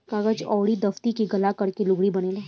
कागज अउर दफ़्ती के गाला के लुगरी बनेला